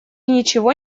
ничего